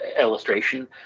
illustration